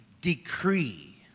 decree